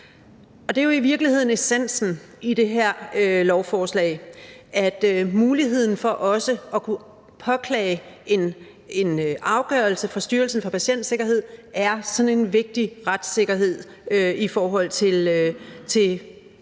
Det er jo i virkeligheden essensen i det her lovforslag, at muligheden for også at kunne påklage en afgørelse fra Styrelsen for Patientsikkerhed er en vigtig retssikkerhed i forhold til retfærdighed